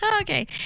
Okay